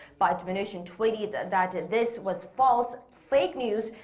but mnuchin tweeted that that this was false, fake news',